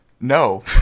No